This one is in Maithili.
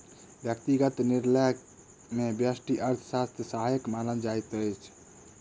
व्यक्तिगत निर्णय मे व्यष्टि अर्थशास्त्र सहायक मानल जाइत अछि